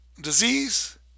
disease